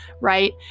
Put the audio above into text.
right